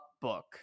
book